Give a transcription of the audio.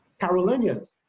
Carolinians